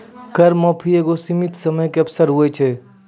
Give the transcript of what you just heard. कर माफी एगो सीमित समय के अवसर होय छै